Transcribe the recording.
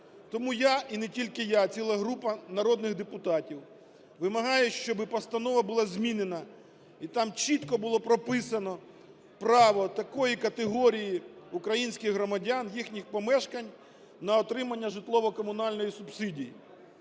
Тому я, і не тільки я, ціла група народних депутатів, вимагаємо, щоб постанова була змінена і там чітко було прописано право такої категорії українських громадян, їхніх помешкань на отримання житлово-комунальної субсидії.